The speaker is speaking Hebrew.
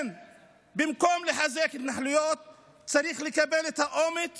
במקום לחזק התנחלויות צריך לקבל את האומץ